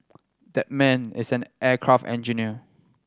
that man is an aircraft engineer